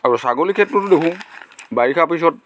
আৰু ছাগলী ক্ষেত্ৰতো দেখোঁ বাৰিষা পিছত